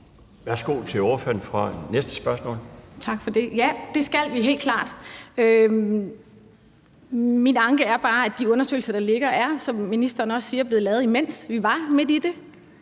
15:00 Louise Brown (LA): Tak for det. Ja, det skal vi helt klart. Min anke er bare, at de undersøgelser, der ligger, er, som ministeren også siger, blevet lavet, mens vi var midt i det.